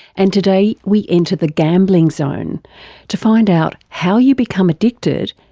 and today we enter the gambling zone to find out how you become addicted,